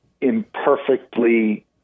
imperfectly